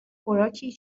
خوراکی